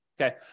Okay